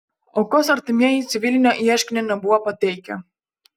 aukos artimieji civilinio ieškinio nebuvo pateikę